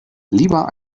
lieber